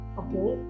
okay